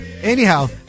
Anyhow